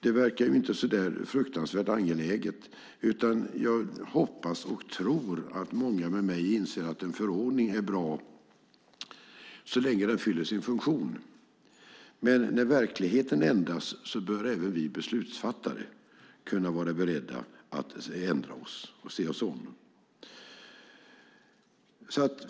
Det verkar inte så fruktansvärt angeläget. Jag hoppas och tror att många med mig inser att en förordning är bra så länge den fyller sin funktion. Men när verkligheten ändras bör även vi beslutsfattare vara beredda att ändra oss.